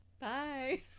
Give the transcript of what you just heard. Bye